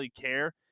care